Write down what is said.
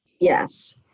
Yes